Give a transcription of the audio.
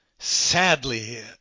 Sadly